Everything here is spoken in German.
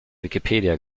wikipedia